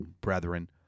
brethren